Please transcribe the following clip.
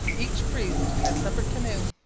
each priest in a separate canoe.